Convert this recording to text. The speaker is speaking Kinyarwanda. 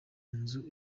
nzu